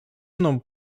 mną